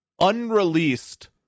unreleased